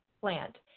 plant